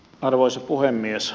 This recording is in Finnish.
arvoisa puhemies